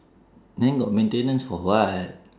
then got maintenance for what